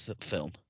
film